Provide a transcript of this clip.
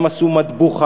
הם עשו מטבוחה,